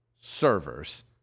servers